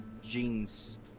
jeans